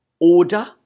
Order